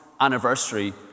anniversary